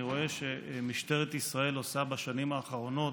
רואה שמשטרת ישראל עושה בשנים האחרונות,